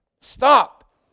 Stop